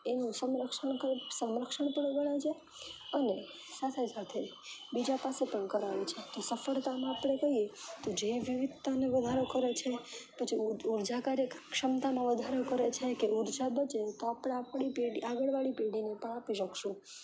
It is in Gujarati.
એનું સમરક્ષણ સંરક્ષણ પણ ગણાય છે અને સાથે સાથે બીજા પાસે પણ કરાવે છે તો સફળતામાં આપણે કહીએ તો જૈવ વિવિધતાને વધારો કરે છે પછી ઊર્જા કાર્યક્ષમતામાં વધારો કરે છે કે ઊર્જા બચે તો આપણે આપણા આગળવાળી પેઢીને પણ આપી શકીશું